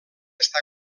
està